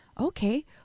okay